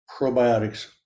probiotics